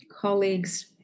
colleagues